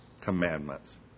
commandments